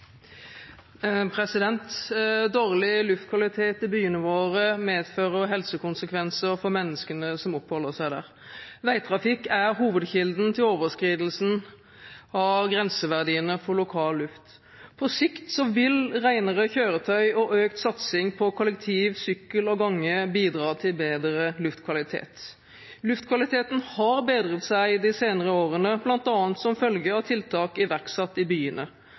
hovedkilden til overskridelsene av grenseverdiene for lokal luft. På sikt vil renere kjøretøy og økt satsing på kollektivtransport, sykkel og gange bidra til bedre luftkvalitet. Luftkvaliteten har bedret seg de senere årene, bl.a. som følge av tiltak iverksatt i byene.